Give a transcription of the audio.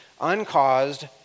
uncaused